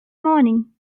morning